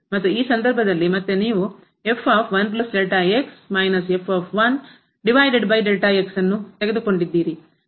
ಮತ್ತು ಈ ಸಂದರ್ಭದಲ್ಲಿ ಮತ್ತೆ ನೀವು ಆದ್ದರಿಂದಮಿತಿ ಮತ್ತು